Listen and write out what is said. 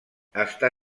està